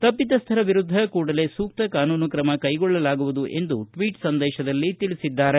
ತಪ್ಪಿತಸ್ವರ ವಿರುದ್ದ ಕೂಡಲೇ ಸೂಕ್ತ ಕಾನೂನು ಕ್ರಮ ಕೈಗೊಳ್ಳಲಾಗುವುದು ಎಂದು ಸಂದೇತದಲ್ಲಿ ತಿಳಿಸಿದ್ದಾರೆ